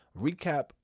recap